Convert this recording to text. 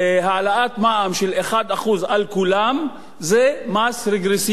העלאת מע"מ של 1% לכולם זה מס רגרסיבי,